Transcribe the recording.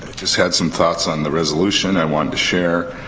just had some thoughts on the resolution i wanted to share.